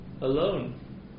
alone